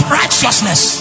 righteousness